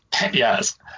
Yes